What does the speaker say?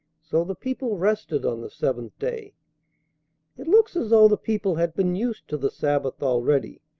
so the people rested on the seventh day it looks as though the people had been used to the sabbath already,